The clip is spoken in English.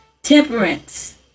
Temperance